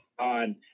on